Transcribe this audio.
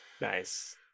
Nice